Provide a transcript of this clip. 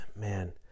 man